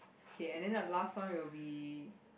okay and then the last one will be